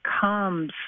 comes